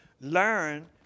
learn